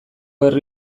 herri